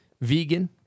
vegan